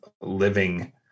living